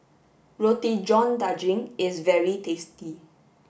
Roti john daging is very tasty